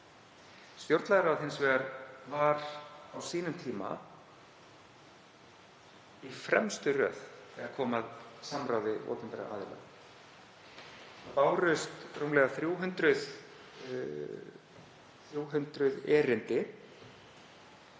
Stjórnlagaráð var hins vegar á sínum tíma í fremstu röð þegar kom að samráði opinberra aðila. Það bárust rúmlega 300 erindi,